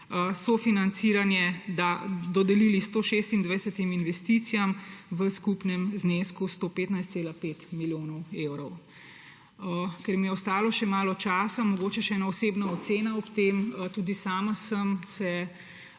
sofinanciranje dodelili 126 investicijam v skupnem znesku 115,5 milijonov evra. Ker mi je ostalo še malo časa, mogoče še ena osebna ocena ob tem. Tudi sama sem se